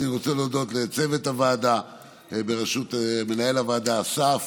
אני רוצה להודות לצוות הוועדה בראשות מנהל הוועדה אסף,